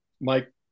Mike